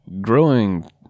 growing